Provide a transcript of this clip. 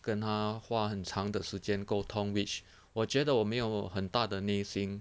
跟他花很长的时间沟通 which 我觉得我没有很大的内心